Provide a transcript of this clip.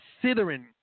considering